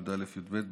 י"א וי"ב,